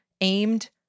aimed